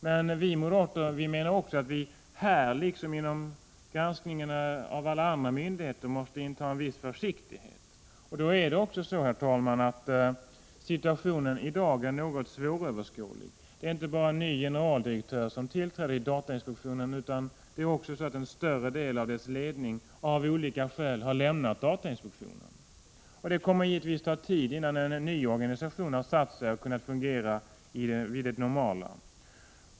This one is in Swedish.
Men vi moderater menar också att vi här liksom vid granskning av alla andra myndigheter måste inta en viss försiktighet. Situationen i dag är något svåröverskådlig. Det är inte bara en ny generaldirektör som har tillträtt vid datainspektionen, utan det är också så att en större del av dess ledning av olika skäl har avgått. Det kommer givetvis att ta tid innan en ny organisation kan fungera normalt.